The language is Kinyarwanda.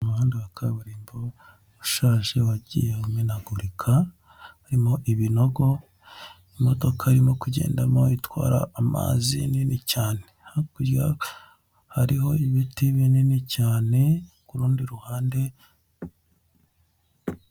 Umuhanda wa kaburimbo ushaje wagiye umenagurika harimo ibinogo, imodoka irimo kugendamo itwara amazi nini cyane, hakurya hariho ibiti binini cyane ku rundi ruhande.